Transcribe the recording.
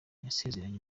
yasezeranye